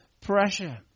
pressure